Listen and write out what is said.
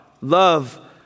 love